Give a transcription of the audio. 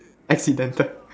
accidental